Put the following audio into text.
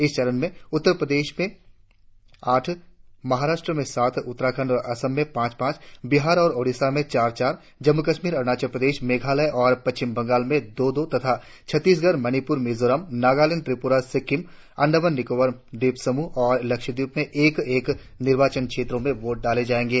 इस चरण में उत्तरप्रदेश में आठ महाराष्ट्र में सात उत्तराखंड और असम में पांच पांच बिहार और औडिशा में चार चार जम्मू कश्मीर अरुणाचल प्रदेश मेघालय और पश्चिम बंगाल में दो दो तथा छत्तीसगढ़ मणिपुर मिजोरम नागालैंड त्रिपुरा सिक्किम अंडमान निकोबार द्वीप समूह और लक्षद्वीप में एक एक निर्वाचन क्षेत्रो में वोट डाले जाएंगे